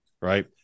right